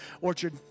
Orchard